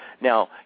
Now